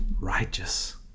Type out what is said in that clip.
Righteous